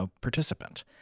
participant